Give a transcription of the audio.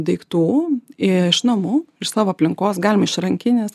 daiktų iš namų iš savo aplinkos galim iš rankinės